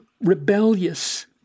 rebellious